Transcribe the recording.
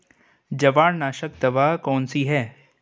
जवारनाशक दवा कौन सी है?